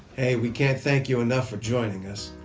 hey, we can't thank you enough for joining us.